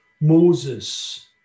Moses